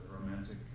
Romantic